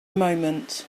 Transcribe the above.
moment